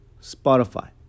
Spotify